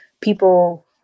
people